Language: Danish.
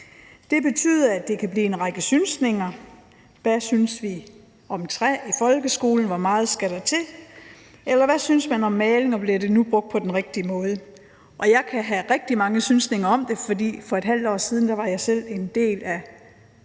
Det betyder, at det kan blive en række synsninger. Hvad synes vi om træ i folkeskolen – hvor meget skal der til? Eller hvad synes man om maling, og bliver det nu brugt på den rigtige måde? Og jeg kan have rigtig mange synsninger om det, fordi jeg for et halvt år siden selv var en del af